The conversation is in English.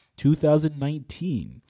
2019